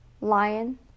lion